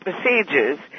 procedures